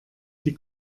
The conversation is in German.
die